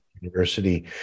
University